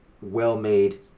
well-made